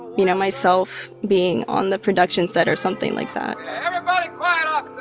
you know, myself being on the production set or something like that everybody quiet on